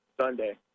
Sunday